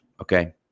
Okay